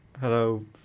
Hello